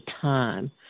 time